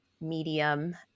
medium